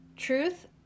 Truth